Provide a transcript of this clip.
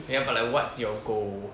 ya but like what's your goal